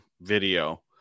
video